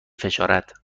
فشارد